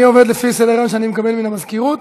אני עובד לפי סדר-היום שאני מקבל מן המזכירות.